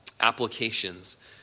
applications